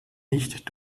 nicht